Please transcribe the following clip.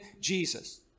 Jesus